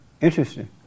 Interesting